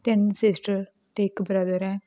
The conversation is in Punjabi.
ਤਿੰਨ ਸਿਸਟਰ ਅਤੇ ਇੱਕ ਬ੍ਰਦਰ ਹੈ